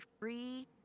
free